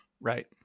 right